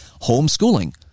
homeschooling